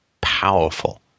powerful